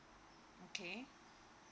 okay